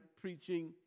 preaching